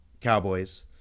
Cowboys